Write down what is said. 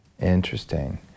Interesting